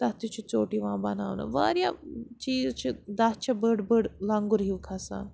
تَتھ تہِ چھُ ژیوٚٹ یِوان بَناونہٕ واریاہ چیٖز چھِ دَچھ چھِ بٔڑ بٔڑ لنٛگُر ہیوٗ کھَسان